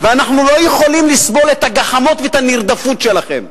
ואנחנו לא יכולים לסבול את הגחמות ואת הנרדפות שלכם.